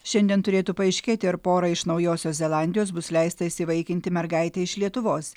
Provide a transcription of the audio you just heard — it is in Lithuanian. šiandien turėtų paaiškėti ar porai iš naujosios zelandijos bus leista įsivaikinti mergaitę iš lietuvos